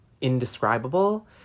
indescribable